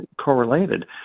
correlated